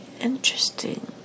interesting